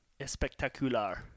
Espectacular